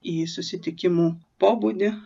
į susitikimų pobūdį